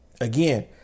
Again